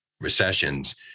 recessions